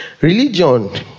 Religion